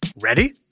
Ready